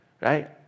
right